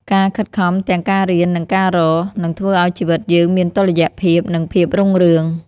ការខិតខំទាំងការរៀន និងការរក នឹងធ្វើឱ្យជីវិតយើងមានតុល្យភាព និងភាពរុងរឿង។